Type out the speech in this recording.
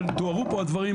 ותוארו פה הדברים,